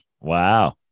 wow